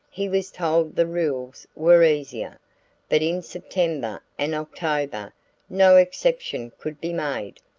he was told the rules were easier but in september and october no exception could be made.